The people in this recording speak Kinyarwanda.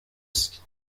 isi